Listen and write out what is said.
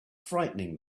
frightening